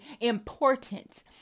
important